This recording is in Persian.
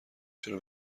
چرا